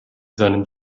seinen